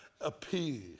appease